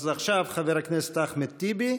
אז עכשיו חבר הכנסת אחמד טיבי.